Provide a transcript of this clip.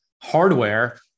hardware